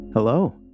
Hello